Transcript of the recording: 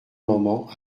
moment